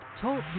Talk